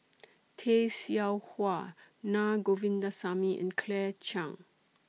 Tay Seow Huah Naa Govindasamy and Claire Chiang